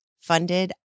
funded